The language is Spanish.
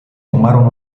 tomaron